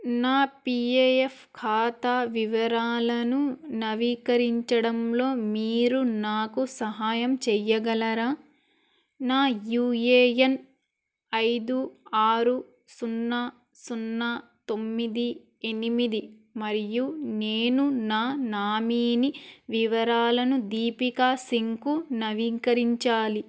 నా P A F ఖాతా వివరాలను నవీకరించడంలో మీరు నాకు సహాయం చెయ్యగలరా నా యూ ఏ ఎన్ ఐదు ఆరు సున్నా సున్నా తొమ్మిది ఎనిమిది మరియు నేను నా నామీనీ వివరాలను దీపికా సింగ్కు నవీకరించాలి